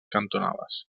cantonades